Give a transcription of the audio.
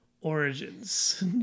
origins